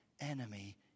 enemy